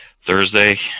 Thursday